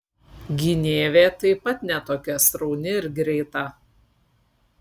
gynėvė taip pat ne tokia srauni ir greita